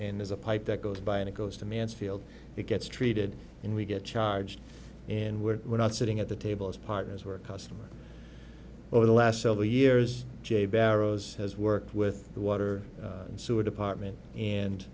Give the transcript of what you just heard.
and as a pipe that goes by and it goes to mansfield it gets treated and we get charged and we're not sitting at the table as partners we're a customer over the last several years j barrows has worked with the water and sewer department and